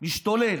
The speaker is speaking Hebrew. משתולל.